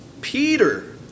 Peter